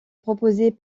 proposée